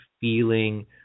feeling